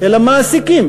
אלא מעסיקים,